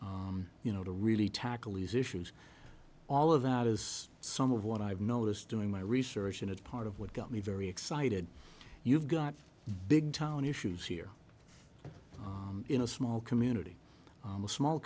you know to really tackle these issues all of that is some of what i've noticed doing my research and it's part of what got me very excited you've got big town issues here in a small community a small